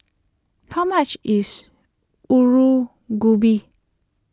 how much is Alu Gobi